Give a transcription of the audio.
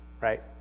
right